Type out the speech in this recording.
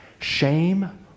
Shame